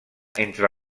entre